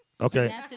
Okay